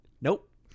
nope